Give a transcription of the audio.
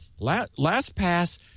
LastPass